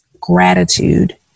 gratitude